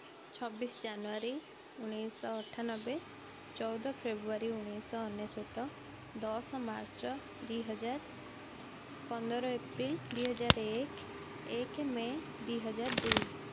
ଛବିଶ ଜାନୁୟାରୀ ଉଣେଇଶ ଶହ ଅଠାନବେ ଚଉଦ ଫେବୃୟାରୀ ଉଣେଇଶ ଶହ ଅନେଶ୍ଵତ ଦଶ ମାର୍ଚ୍ଚ ଦୁଇ ହଜାର ପନ୍ଦର ଏପ୍ରିଲ୍ ଦୁଇ ହଜାର ଏକ ଏକ ମେ ଦୁଇ ହଜାର ଦୁଇ